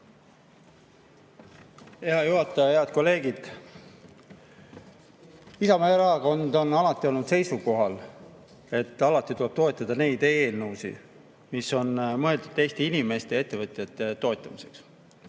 Hea juhataja! Head kolleegid! Isamaa Erakond on alati olnud seisukohal, et tuleb toetada neid eelnõusid, mis on mõeldud Eesti inimeste ja ettevõtjate toetamiseks,